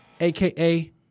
aka